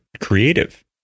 creative